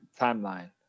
timeline